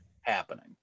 happening